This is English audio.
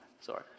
Sorry